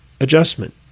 Adjustment